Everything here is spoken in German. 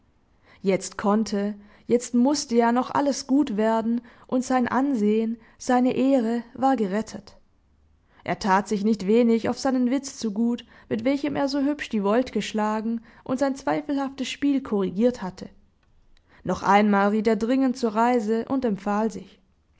jetzt konnte jetzt mußte ja noch alles gut werden und sein ansehen seine ehre war gerettet er tat sich nicht wenig auf seinen witz zugut mit welchem er so hübsch die volte geschlagen und sein zweifelhaftes spiel korrigiert hatte noch einmal riet er dringend zur reise und empfahl sich